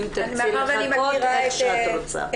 אם תרצי לחכות, איך שאת רוצה.